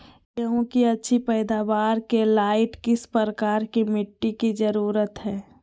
गेंहू की अच्छी पैदाबार के लाइट किस प्रकार की मिटटी की जरुरत है?